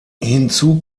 hinzu